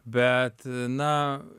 bet na